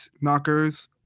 knockers